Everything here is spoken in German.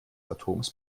atoms